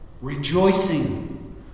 Rejoicing